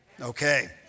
okay